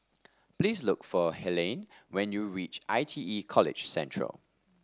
please look for Helaine when you reach I T E College Central